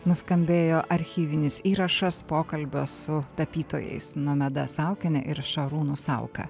nuskambėjo archyvinis įrašas pokalbio su tapytojais nomeda saukiene ir šarūnu sauka